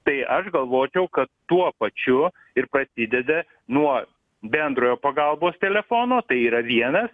tai aš galvočiau kad tuo pačiu ir prasideda nuo bendrojo pagalbos telefono tai yra vienas